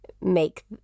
make